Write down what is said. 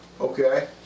Okay